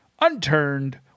Unturned